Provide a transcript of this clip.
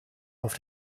auf